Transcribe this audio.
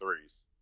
threes